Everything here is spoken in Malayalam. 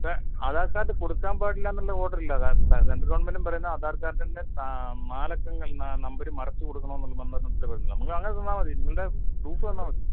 അല്ല ആധാർ കാർഡ് കൊടുക്കാൻ പാടില്ല എന്നില്ല ഓഡ്റ് ഇല്ല സെൻട്രൽ ഗവൺമെൻ്റു പറയുന്നത് ആധാർകാർഡിൻ്റെ നാലക്കങ്ങൾ നമ്പര് മറച്ച് കൊടുക്കണം എന്ന് നമുക്ക് അങ്ങനെ തന്നാൽ മതി നിങ്ങളുടെ പ്രൂഫ് തന്നാൽ മതി